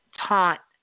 taught